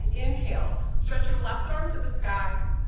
inhale, stretch your left arm to the sky.